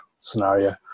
scenario